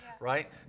Right